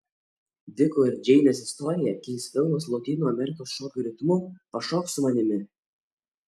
diko ir džeinės istoriją keis filmas lotynų amerikos šokių ritmu pašok su manimi